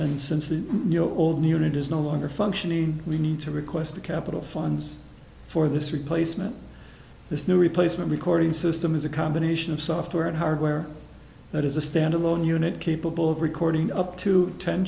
and since the all new unit is no longer functioning we need to request the capital funds for this replacement this new replacement recording system is a combination of software and hardware it is a standalone unit capable of recording up to ten